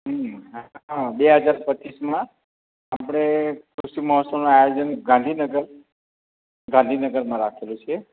હં હા બે હજાર પચીસમાં આપણે કૃષિ મોહોત્સવનું આયોજન ગાંધીનગર ગાંધીનગરમાં રાખેલું છે